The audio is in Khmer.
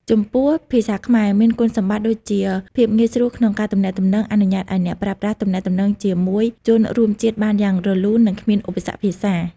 ចំពោះភាសាខ្មែរមានគុណសម្បត្តិដូចជាភាពងាយស្រួលក្នុងការទំនាក់ទំនង អនុញ្ញាតឲ្យអ្នកប្រើប្រាស់ទំនាក់ទំនងជាមួយជនរួមជាតិបានយ៉ាងរលូន និងគ្មានឧបសគ្គភាសា។